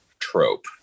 trope